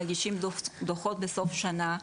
מגישים דו"חות בסוף שנה.